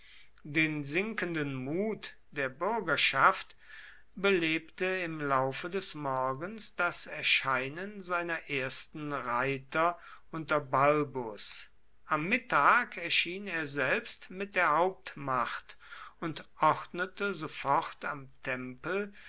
den sinkenden mut der bürgerschaft belebte im laufe des morgens das erscheinen seiner ersten reiter unter balbus am mittag erschien er selbst mit der hauptmacht und ordnete sofort am tempel